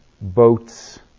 boats